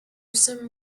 some